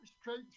Straight